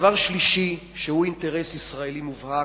דבר שלישי, שהוא אינטרס ישראלי מובהק,